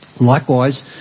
Likewise